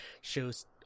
shows